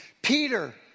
Peter